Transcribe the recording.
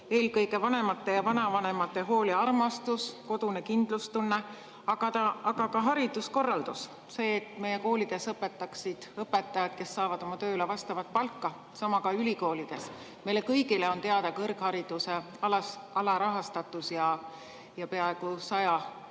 eelkõige vanemate ja vanavanemate hool ja armastus, kodune kindlustunne, aga ka hariduskorraldus – see, et meie koolides õpetaksid õpetajad, kes saavad oma tööle vastavat palka, sama ka ülikoolides. Meile kõigile on teada kõrghariduse alarahastatus ja peaaegu 100